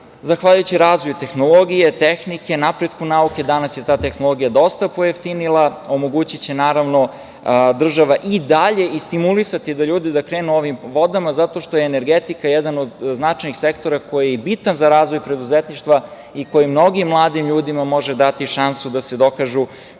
korisna. Zahvaljujući razvoju tehnologije, tehnike, napretku nauke danas je ta tehnologija dosta pojeftinila. Omogućiće naravno država i dalje i stimulisati da ljudi krenu ovim vodama zato što energetika je jedan od značajnih sektora koji je bitan za razvoj preduzetništva i koji mnogim mladim ljudima može dati šansu da se dokažu